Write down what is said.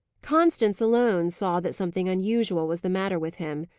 constance alone saw that something unusual was the matter with him.